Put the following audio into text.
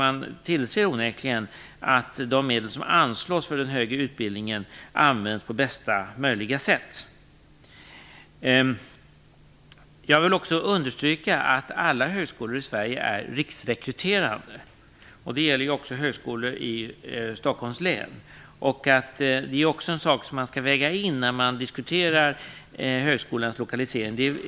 Man tillser onekligen att de medel som anslås för den högre utbildningen används på bästa möjliga sätt. Jag vill också understryka att alla högskolor i Sverige är riksrekryterande. Det gäller även högskolor i Stockholms län. Det är också något som skall vägas in när man diskuterar högskolans lokalisering.